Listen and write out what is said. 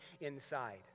inside